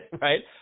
right